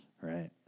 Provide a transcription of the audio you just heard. right